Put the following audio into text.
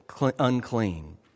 unclean